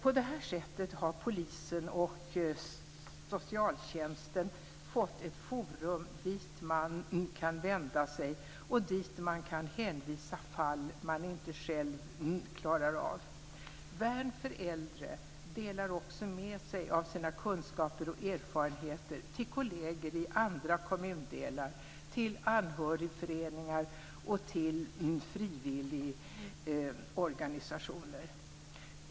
På detta sätt har polisen och socialtjänsten fått ett forum dit man kan vända sig och dit man kan hänvisa fall man inte själv klarar av. Värn för äldre delar också med sig av sina kunskaper och erfarenheter till kolleger i andra kommundelar, till anhörigföreningar och till frivilligorganisationer.